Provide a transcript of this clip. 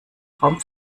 raum